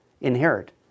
inherit